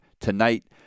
tonight